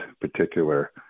particular